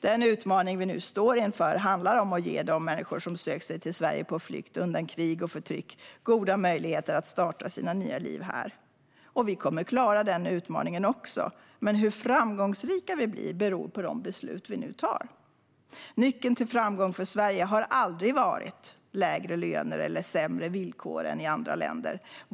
Den utmaning vi nu står inför handlar om att ge de människor som sökt sig till Sverige på flykt undan krig och förtryck goda möjligheter att starta sina nya liv här. Vi kommer att klara den utmaningen också, men hur framgångsrika vi blir beror på de beslut som vi nu fattar. Nyckeln till framgång för Sverige har aldrig varit lägre löner eller sämre villkor än i andra länder.